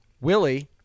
willie